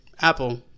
Apple